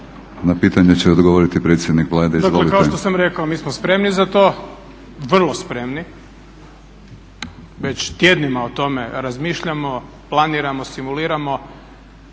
Na pitanje će odgovoriti potpredsjednik Vlade